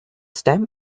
stamp